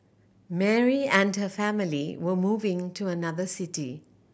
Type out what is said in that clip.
Mary and her family were moving to another city